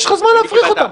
יש לך זמן להפריך אותם.